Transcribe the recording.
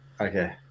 Okay